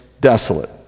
desolate